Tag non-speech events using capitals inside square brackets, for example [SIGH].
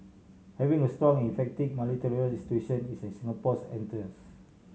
having a strong effective [UNINTELLIGIBLE] institution is in Singapore's interest